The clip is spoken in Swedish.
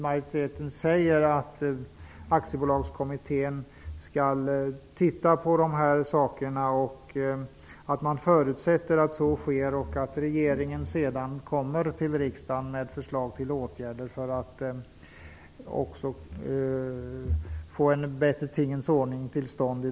Majoriteten säger att man förutsätter att Aktiebolagskommittén tittar på de här sakerna och att regeringen sedan kommer till riksdagen med förslag till åtgärder för att få en bättre tingens ordning till stånd.